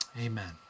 Amen